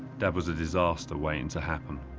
dad was a disaster waiting to happen.